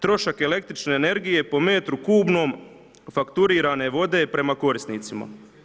Trošak električne energije po metru kubnom fakturirane vode prema korisnicima.